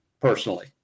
personally